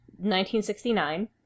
1969